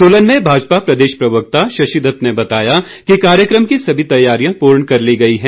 सोलन में भाजपा प्रदेश प्रवक्ता शशी दत्त ने बताया कि कार्यक्रम की सभी तैयारियां पूर्ण कर ली गई है